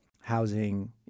housing